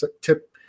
tip